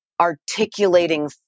articulating